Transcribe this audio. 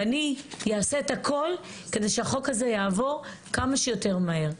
ואני אעשה את הכול כדי שהחוק הזה יעבור כמה שיותר מהר.